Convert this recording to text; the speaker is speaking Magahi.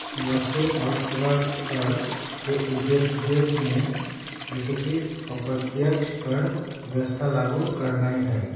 वस्तु आऽ सेवा कर के उद्देश्य देश में एकीकृत अप्रत्यक्ष कर व्यवस्था लागू करनाइ हइ